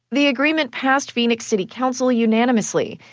the agreement passed phoenix city council unanimously,